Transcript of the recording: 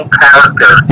character